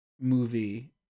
movie